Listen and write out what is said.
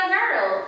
girl